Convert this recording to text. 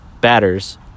batters